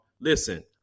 Listen